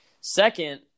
Second